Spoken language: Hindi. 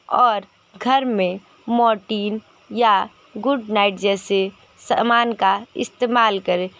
और घर में मोर्टिन या गुड नाईट जैसे सामान का इस्तेमाल करें